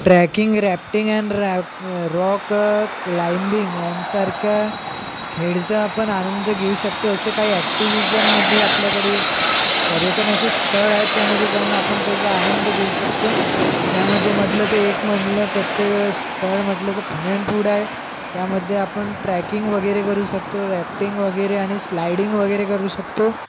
tracking rafting and रॉ rock climbing यांसारख्या खेळांचा आपण आनंद घेवू शकतो असे काही ॲक्टिव्हिजनमध्ये आपल्याकडे पर्यटनाचे स्थळ आहे त्यामध्ये जावून आपण त्याचा आनंद घेवू शकतो त्यामध्ये म्हटलं तर एक म्हटलं तर ते स्थळ म्हटलं तर फन अँड फूड आहे त्यामध्ये आपण ट्रॅकिंग वगैरे करू शकतो रॅफ्टिंग वगैरे आणि स्लायडिंग वगैरे करू शकतो